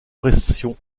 pressions